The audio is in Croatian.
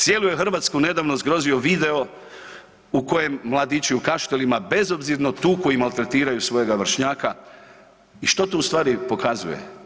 Cijelu je Hrvatsku nedavno zgrozio video u kojem mladići u Kaštelima bezobzirno tuku i maltretiraju svojega vršnjaka i što tu ustvari pokazuje?